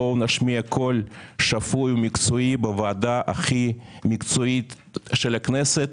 בואו נשמיע קול שפוי ומקצועי בוועדה הכי מקצועית של הכנסת,